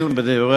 פיל.